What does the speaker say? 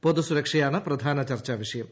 പൊതുസുരക്ഷ യാണ് പ്രധാന ചർച്ചാ വിഷയം